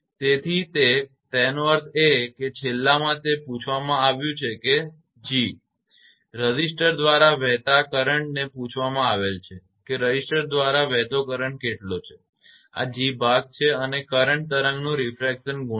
તેથી તે એનો અર્થ એ કે છેલ્લામાં તે પૂછવામાં આવ્યું છે કે તેથી g તે રેઝિસ્ટર દ્વારા વહેતા કરંટપ્રવાહ ને પૂછવામાં આવેલ છે કે રેઝિસ્ટર દ્વારા વહેતો કરંટ કેટલો છે આ g ભાગ છે અને કરંટ તરંગનો રીફ્રેક્શન ગુણાંક છે